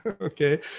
okay